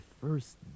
first